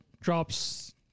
drops